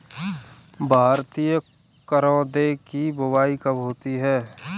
भारतीय करौदे की बुवाई कब होती है?